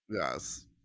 Yes